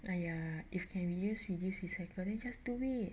!aiya! if can reuse reduce recycle then just do it